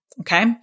Okay